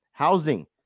Housing